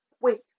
wait